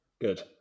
Good